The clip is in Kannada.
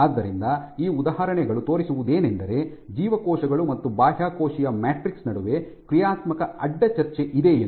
ಆದ್ದರಿಂದ ಈ ಉದಾಹರಣೆಗಳು ತೋರಿಸುವುದೇನೆಂದರೆ ಜೀವಕೋಶಗಳು ಮತ್ತು ಬಾಹ್ಯಕೋಶೀಯ ಮ್ಯಾಟ್ರಿಕ್ಸ್ ನಡುವೆ ಕ್ರಿಯಾತ್ಮಕ ಅಡ್ಡ ಚರ್ಚೆ ಇದೆ ಎಂದು